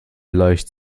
leicht